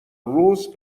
روز